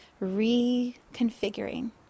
reconfiguring